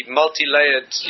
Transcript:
multi-layered